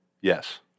Yes